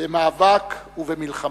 במאבק ובמלחמה,